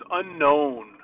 unknown